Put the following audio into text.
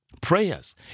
Prayers